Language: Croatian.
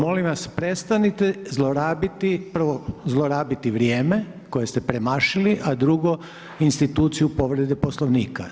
Molim vas, prestanite zlorabiti, prvo, zlorabiti vrijeme koje ste premašili a drugo, instituciju povrede Poslovnika.